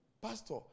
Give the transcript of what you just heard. pastor